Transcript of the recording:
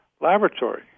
laboratory